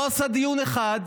הוא לא עשה דיון אחד,